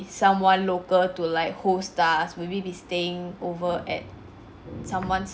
someone local to like host us will we be staying over at